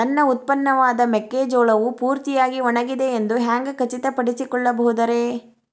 ನನ್ನ ಉತ್ಪನ್ನವಾದ ಮೆಕ್ಕೆಜೋಳವು ಪೂರ್ತಿಯಾಗಿ ಒಣಗಿದೆ ಎಂದು ಹ್ಯಾಂಗ ಖಚಿತ ಪಡಿಸಿಕೊಳ್ಳಬಹುದರೇ?